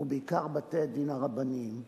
ובעיקר בתי-הדין הרבניים,